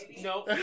no